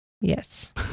Yes